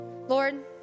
Lord